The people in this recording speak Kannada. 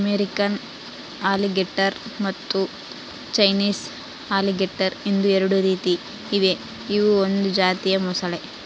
ಅಮೇರಿಕನ್ ಅಲಿಗೇಟರ್ ಮತ್ತು ಚೈನೀಸ್ ಅಲಿಗೇಟರ್ ಎಂದು ಎರಡು ರೀತಿ ಇವೆ ಇವು ಒಂದು ಜಾತಿಯ ಮೊಸಳೆ